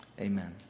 Amen